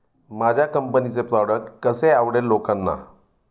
माझ्या कंपनीचे प्रॉडक्ट कसे आवडेल लोकांना?